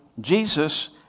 Jesus